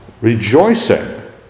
rejoicing